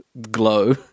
glow